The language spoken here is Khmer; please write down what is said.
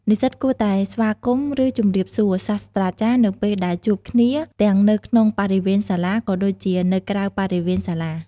និស្សិតគួរតែ ស្វាគមន៍ ឬជម្រាបសួរ សាស្រ្តាចារ្យនៅពេលដែលជួបគ្នាទាំងនៅក្នុងបរិវេណសាលា ក៏ដូចជានៅក្រៅបរិវេណសាលា។